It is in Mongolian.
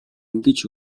ингэж